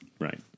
right